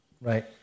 Right